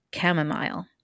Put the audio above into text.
Chamomile